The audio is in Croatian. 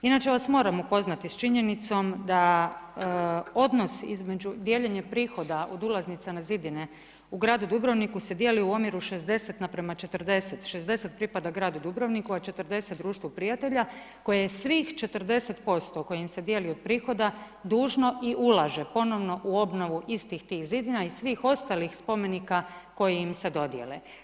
Inače vas moram upoznati s činjenicom da odnos između dijeljenja prihoda od ulaznica na zidine u gradu Dubrovniku se dijeli u omjeru 60:40. 60 pripada gradu Dubrovniku, a 40 Društvu prijatelja koje je svih 40% koje im se dijeli od prihoda dužno i ulaže ponovno u obnovu istih tih zidina i svih ostalih spomenika koji im se dodijele.